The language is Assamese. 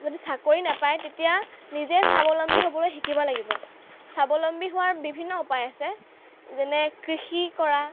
যদি চাকৰি নাপায় তেতিয়া নিজেই স্বাৱলম্বী হ'বলৈ শিকিব লাগিব স্বাৱলম্বী হোৱাৰ বিভিন্ন উপায় আছে যেনে কৃষি কৰা